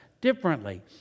differently